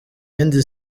yindi